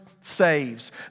saves